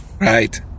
Right